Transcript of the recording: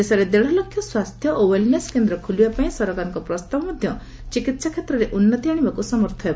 ଦେଶରେ ଦେଢଲକ୍ଷ ସ୍ୱାସ୍ଥ୍ୟ ଓ ୱେଲନେସ କେନ୍ଦ୍ର ଖୋଲିବା ପାଇଁ ସରକାରଙ୍କ ପ୍ରସ୍ତାବ ମଧ୍ୟ ଚିକିିିି ା କ୍ଷେତ୍ରରେ ଉନ୍ନତି ଆଶିବାକୁ ସମର୍ଥ ହେବ